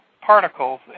particles